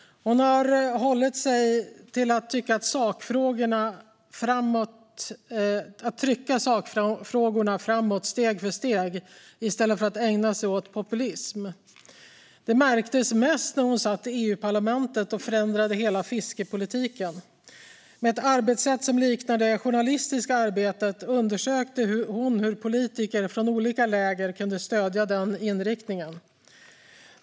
Hon har hållit sig till att trycka sakfrågorna framåt steg för steg i stället för att ägna sig åt populism. Det märktes mest när hon satt i EU-parlamentet och förändrade hela fiskepolitiken. Med ett arbetssätt som liknade det journalistiska arbetet undersökte hon hur politiker från olika läger kunde stödja den inriktningen.